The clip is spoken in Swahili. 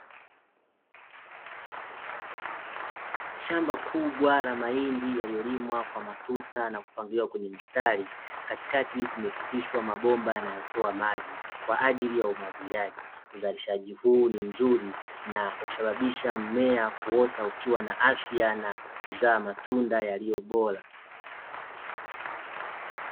Shamba kubwa la mahindi yaliyolimwa kwa matuta na kupangiwa kwenye mstari katikati kumepitishwa mabomba yanayotoa maji kwa ajili ya umwagiliaji, uzalishaji huu ni mzuri na husababisha mmea kuota ukiwa na afya na kuzaa matunda yaliyo bora.